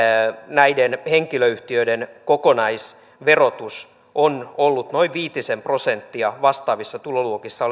näiden henkilöyhtiöiden kokonaisverotus on ollut noin viisi prosenttia kireämpää kuin vastaavissa tuloluokissa